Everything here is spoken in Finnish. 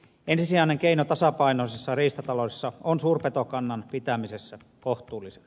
ensisijainen keino tasapainoisessa riistataloudessa on suurpetokannan pitäminen kohtuullisena